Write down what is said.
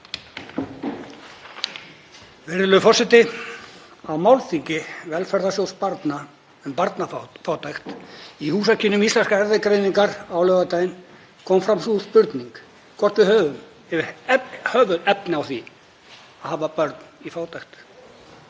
Virðulegur forseti. Á málþingi Velferðarsjóðs barna um barnafátækt í húsakynnum Íslenskrar erfðagreiningar á laugardaginn kom fram sú spurning hvort við höfum yfir höfuð efni á því að hafa börn í fátækt.